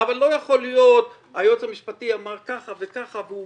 אבל לא יכול להיות "היועץ המשפטי אמר ככה וככה והוא